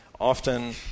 Often